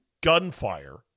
gunfire